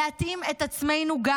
גם להתאים את עצמנו.